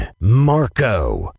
Marco